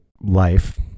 life